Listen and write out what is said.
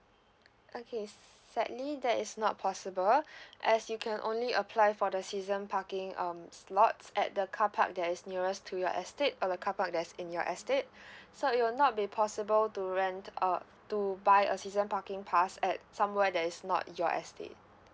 okay sadly that is not possible as you can only apply for the season parking um slots at the carpark that is nearest to your estate or the carpark that's in your estate so it will not be possible to rent uh to buy a season parking pass at somewhere that is not your estate